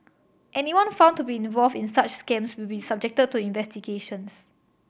anyone found to be involved in such scams will be subjected to investigations